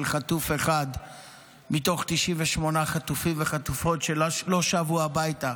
חטוף אחד מתוך 98 חטופים וחטופות שלא שבו הביתה.